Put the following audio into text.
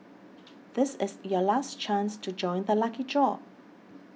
this is your last chance to join the lucky draw